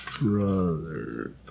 Brother